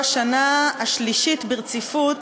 זו השנה השלישית ברציפות,